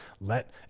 let